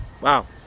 Wow